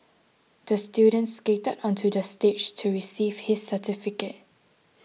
the student skated onto the stage to receive his certificate